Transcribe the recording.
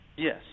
Yes